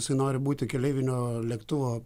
jisai nori būti keleivinio lėktuvo